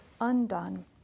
undone